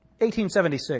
1876